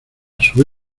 sus